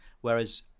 whereas